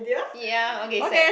ya okay set